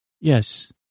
Yes